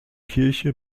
kirche